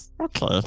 Okay